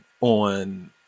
on